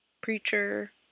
Preacher